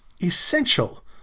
essential